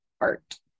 art